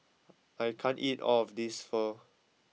I can't eat all of this Pho